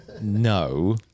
no